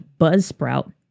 Buzzsprout